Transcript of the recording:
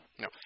No